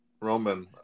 Roman